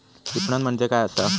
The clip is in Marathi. विपणन म्हणजे काय असा?